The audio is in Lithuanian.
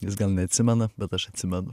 jis gal neatsimena bet aš atsimenu